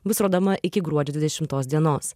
bus rodoma iki gruodžio dvidešimtos dienos